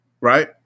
right